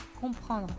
comprendre